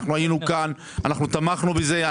היינו כאן, תמכנו בזה.